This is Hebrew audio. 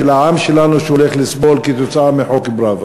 של העם שלנו שהולך לסבול כתוצאה מחוק פראוור.